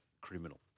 criminal